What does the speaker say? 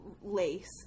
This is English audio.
lace